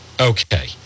Okay